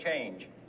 change